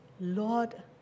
Lord